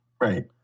Right